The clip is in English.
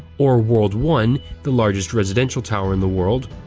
or world one the largest residential tower in the world,